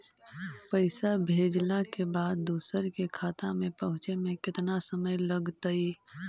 पैसा भेजला के बाद दुसर के खाता में पहुँचे में केतना समय लगतइ?